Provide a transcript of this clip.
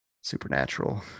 supernatural